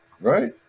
Right